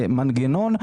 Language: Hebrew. מנגנון,